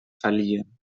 verliehen